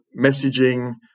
messaging